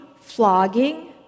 flogging